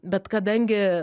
bet kadangi